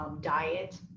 diet